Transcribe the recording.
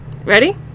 ready